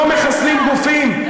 לא מחסלים גופים,